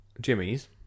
Jimmy's